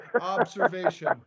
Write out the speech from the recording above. observation